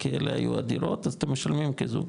כי אלה היו הדירות אז אתם משלמים כזוג.